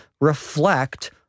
reflect